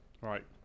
Right